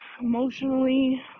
emotionally